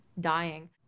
dying